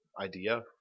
idea